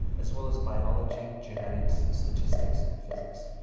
as well as biology, genetics, statistics, and physics.